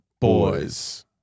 Boys